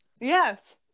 Yes